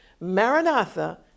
Maranatha